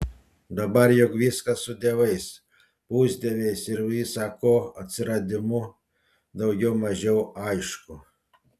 dabar juk viskas su dievais pusdieviais ir visa ko atsiradimu daugiau mažiau aišku